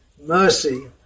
mercy